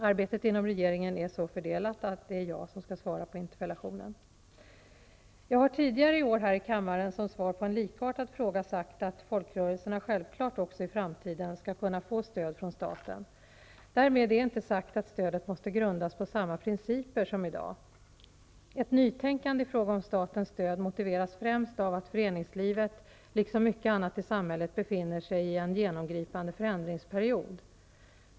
Arbetet inom regeringen är så fördelat att det är jag som skall svara på interpellationen. Jag har tidigare i år här i kammaren som svar på en likartad fråga sagt att folkrörelserna självklart också i framtiden skall kunna få stöd från staten. Därmed är inte sagt att stödet måste grundas på samma principer som i dag. Ett nytänkande i fråga om statens stöd motiveras främst av att föreningslivet, liksom mycket annat i samhället, befinner sig i en genomgripande förändringsperiod.